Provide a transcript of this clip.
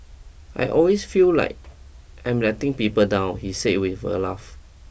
I always feel like I'm letting people down he says with a laugh